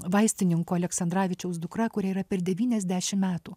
vaistininko aleksandravičiaus dukra kuriai yra per devyniasdešim metų